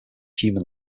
human